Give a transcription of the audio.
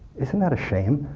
isn't that a shame?